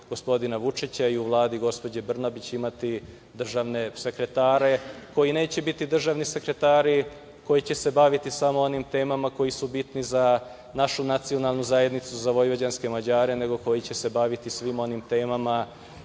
gospodina Vučića i u Vladi gospođe Brnabić, imati državne sekretare koji neće biti državni sekretari koji će se baviti samo onim temama koje su bitne za našu nacionalnu zajednicu, za vojvođanske Mađare, nego koji će se baviti svim onim temama